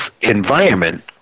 environment